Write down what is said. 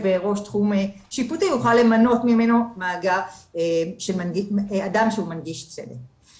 בראש תחום שיפוטי יוכל למנות ממנו מאגר אדם שהוא מנגיש צדק.